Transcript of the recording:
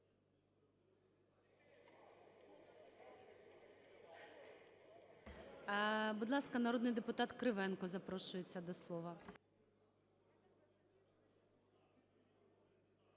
Будь ласка, народний депутат Кривенко запрошується до слова.